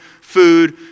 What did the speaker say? food